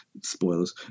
Spoilers